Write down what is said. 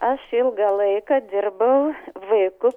aš ilgą laiką dirbau vaikų